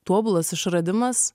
tobulas išradimas